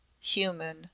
human